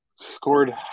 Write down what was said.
scored